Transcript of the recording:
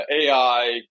AI